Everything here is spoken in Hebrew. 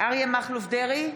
אריה מכלוף דרעי,